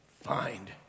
find